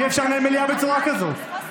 אי-אפשר לנהל מליאה בצורה כזאת.